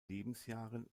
lebensjahren